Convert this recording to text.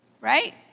right